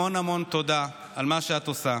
המון המון תודה על מה שאת עושה.